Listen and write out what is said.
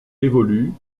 évoluent